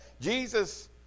Jesus